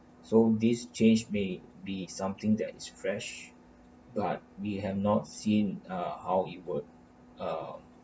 so this change may be something that is fresh but we have not seen ah how it work uh